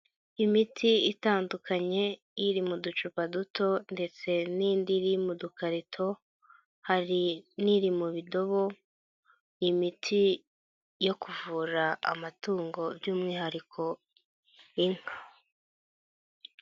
Imiti itandukanye, iri mu ducupa duto ndetse n'indi iri mu dukarito, hari n'iri mu bidobo, imiti yo kuvura amatungo by'umwihariko inka.